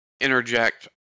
interject